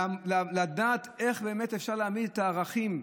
לדעת איך אפשר להעמיד את הערכים,